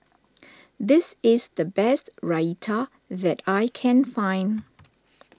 this is the best Raita that I can find